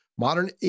Modern